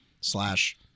slash